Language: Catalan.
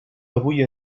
avui